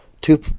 two